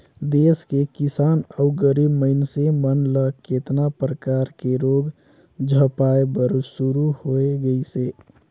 देस के किसान अउ गरीब मइनसे मन ल केतना परकर के रोग झपाए बर शुरू होय गइसे